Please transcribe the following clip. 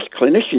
clinicians